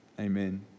Amen